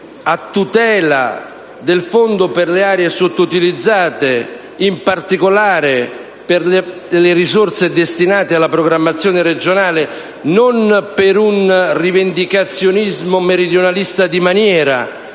a tutela del Fondo per le aree sottoutilizzate, in particolare per le risorse destinate alla programmazione regionale, non per un rivendicazionismo meridionalista di maniera,